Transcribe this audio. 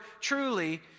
truly